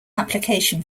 application